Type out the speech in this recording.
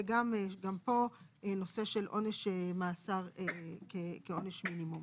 וגם פה נושא של עונש מאסר כעונש מינימום.